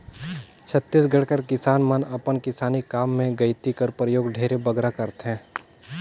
छत्तीसगढ़ कर किसान मन अपन किसानी काम मे गइती कर परियोग ढेरे बगरा करथे